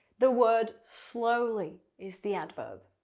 the word slowly is the adverb.